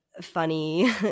funny